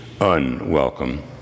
unwelcome